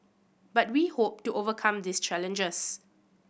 but we hope to overcome these challenges